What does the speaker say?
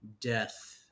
death